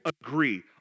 agree